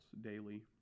daily